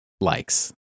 likes